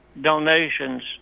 donations